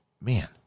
man